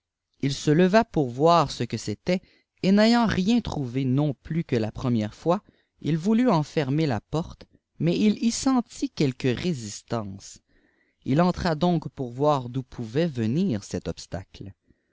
il se leva pour voir ce que c'était et n ayant rien trouvé non plus que la première fois il voulut en fermer la porte mais il y sentit quelque résistance il entra donc pour voir d'oii pouvait venir cet obstacle